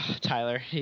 Tyler